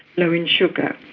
low in sugar.